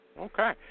Okay